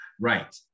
right